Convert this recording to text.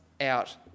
out